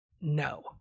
No